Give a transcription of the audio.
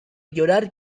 llorar